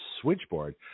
switchboard